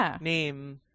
name